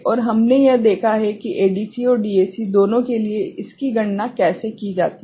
और हमने यह देखा है कि एडीसी और डीएसी दोनों के लिए इसकी गणना कैसे की जाती है